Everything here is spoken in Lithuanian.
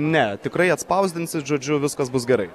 ne tikrai atspausdinsit žodžiu viskas bus gerai